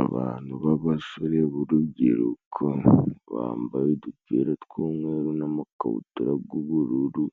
Abantu b'abasore b'urubyiruko bambaye udupira tw'umweru n'amakabutura g'ubururu,